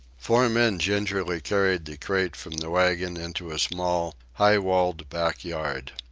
four men gingerly carried the crate from the wagon into a small, high-walled back yard.